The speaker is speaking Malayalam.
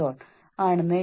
ജോലിയിലെ ആശങ്കകൾ